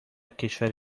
کشور